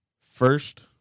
First